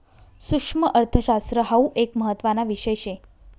सुक्ष्मअर्थशास्त्र हाउ एक महत्त्वाना विषय शे